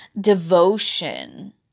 devotion